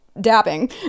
dabbing